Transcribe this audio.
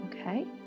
okay